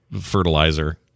fertilizer